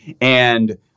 And-